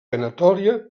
anatòlia